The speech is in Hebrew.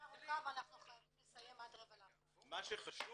הישיבה ארוכה ואנחנו חייבים לסיים עד 12:45. מה שחשוב,